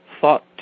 thought